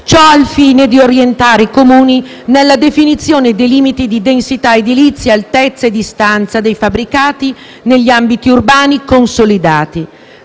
Ciò al fine di orientare i Comuni nella definizione dei limiti di densità edilizia, altezza e distanza dei fabbricati negli ambiti urbani consolidati.